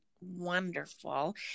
wonderful